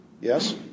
Yes